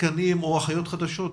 תקנים או אחיות חדשות?